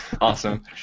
Awesome